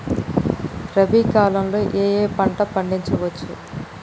రబీ కాలంలో ఏ ఏ పంట పండించచ్చు?